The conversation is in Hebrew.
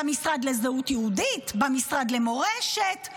במשרד לזהות יהודית, במשרד למורשת.